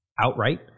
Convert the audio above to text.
outright